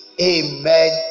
Amen